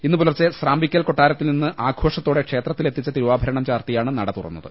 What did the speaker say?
ഇന്ന് പുലർച്ചെ സ്രാമ്പിക്കൽ കൊട്ടാരത്തിൽ നിന്ന് ആഘോഷത്തോടെ ക്ഷേത്രത്തിൽ എത്തിച്ച തിരു വാഭരണം ചാർത്തിയാണ് നട തുറന്നത്